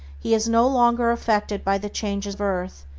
he is no longer affected by the changes of earth,